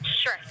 Sure